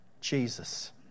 Jesus